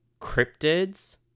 cryptids